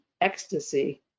ecstasy